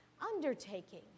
undertaking